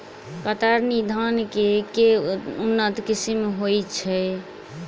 कतरनी धान केँ के उन्नत किसिम होइ छैय?